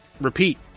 repeat